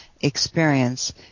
experience